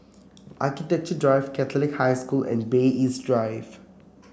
Architecture Drive Catholic High School and Bay East Drive